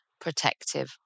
protective